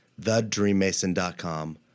thedreammason.com